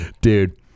dude